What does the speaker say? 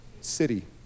city